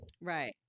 Right